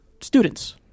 students